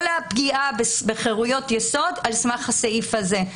הפגיעה בחירויות יסוד על סמך הסעיף הזה.